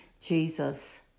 Jesus